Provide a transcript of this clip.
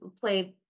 played